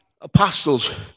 apostles